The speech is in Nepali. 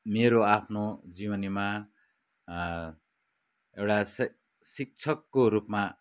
मेरो आफ्नो जीवनीमा एउटा से शिक्षकको रूपमा